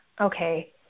okay